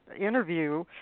interview